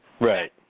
Right